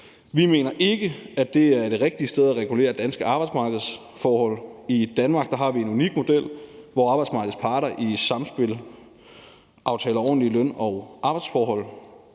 Vi mener ikke, at det er det rigtige sted at regulere danske arbejdsmarkedsforhold. I Danmark har vi en unik model, hvor arbejdsmarkedets parter i samspil aftaler ordentlige løn- og arbejdsforhold.